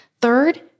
Third